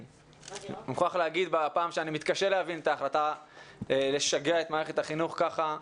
ואני מוכרח להגיד שאני מתקשה להבין את ההחלטה לשגע את מערכת החינוך ככה.